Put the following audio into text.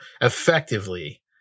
effectively